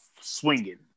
swinging